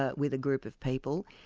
ah with a group of people.